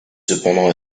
cependant